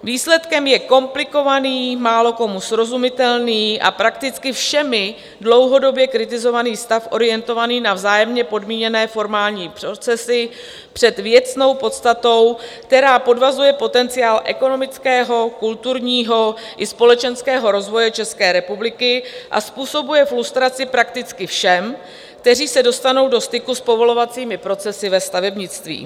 Výsledkem je komplikovaný, málokomu srozumitelný a prakticky všemi dlouhodobě kritizovaný stav orientovaný na vzájemně podmíněné formální procesy před věcnou podstatou, která podvazuje potenciál ekonomického, kulturního i společenského rozvoje České republiky a způsobuje frustraci prakticky všem, kteří se dostanou do styku s povolovacími procesy ve stavebnictví.